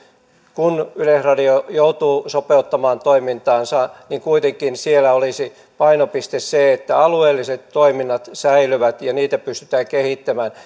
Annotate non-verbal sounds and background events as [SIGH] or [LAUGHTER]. kun yleisradio joutuu sopeuttamaan toimintaansa niin kuitenkin siellä olisi painopiste se että alueelliset toiminnat säilyvät ja niitä pystytään kehittämään [UNINTELLIGIBLE]